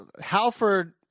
Halford